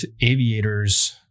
aviators